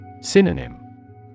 Synonym